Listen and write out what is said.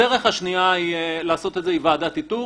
הדרך השניה לעשות את זה היא ועדת איתור.